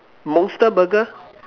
monster Burger